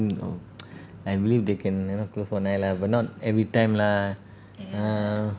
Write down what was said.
I believe they can know close one eye lah but not every time lah ah